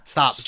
Stop